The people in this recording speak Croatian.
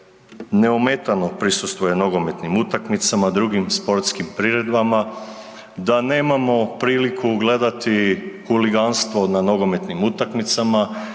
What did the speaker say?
neometano prisustvuje nogometnim utakmicama, drugim sportskim priredbama, da nemamo priliku gledati huliganstvo na nogometnim utakmicama,